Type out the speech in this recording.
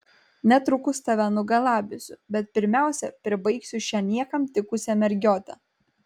netrukus tave nugalabysiu bet pirmiausia pribaigsiu šią niekam tikusią mergiotę